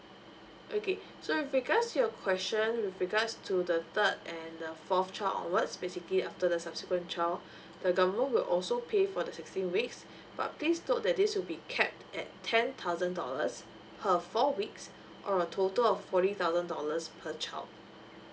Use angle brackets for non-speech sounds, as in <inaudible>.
okay <breath> so with regards to your question with regards to the third and the fourth child onwards basically after the subsequent child <breath> the government will also pay for the sixteen weeks <breath> but please note that this will be capped at ten thousand dollars per four weeks or a total of forty thousand dollars per child